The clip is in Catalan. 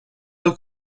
del